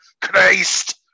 Christ